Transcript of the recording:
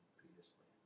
previously